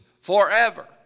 forever